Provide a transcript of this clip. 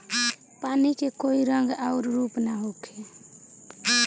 पानी के कोई रंग अउर रूप ना होखें